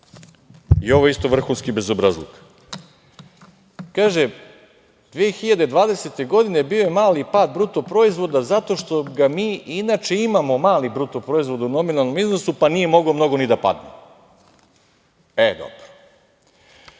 i ovo je isto vrhunski bezobrazluk, kaže – 2020. godine bio je mali pad bruto proizvoda zato što mi inače imamo mali bruto proizvod u nominalnom iznosu, pa nije mogao mnogo ni da padne. E, dobro.